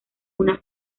una